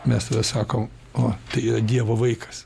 mes tada sakom o tai dievo vaikas